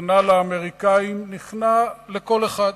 נכנע לאמריקנים, נכנע לכל אחד,